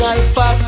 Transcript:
Alpha